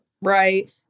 right